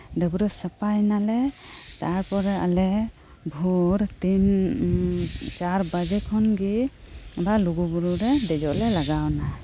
ᱰᱟᱹᱵᱨᱟᱹ ᱥᱟᱯᱷᱟᱭᱮᱱᱟᱞᱮ ᱛᱟᱨᱯᱚᱨᱮ ᱟᱞᱮ ᱵᱷᱚᱨᱛᱮ ᱪᱟᱨᱵᱟᱡᱮ ᱠᱷᱚᱱᱜᱤ ᱟᱵᱟᱨ ᱞᱩᱜᱩᱵᱩᱨᱩ ᱨᱮ ᱫᱮᱡᱚᱜᱞᱮ ᱞᱟᱜᱟᱣᱮᱱᱟ